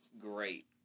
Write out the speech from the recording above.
great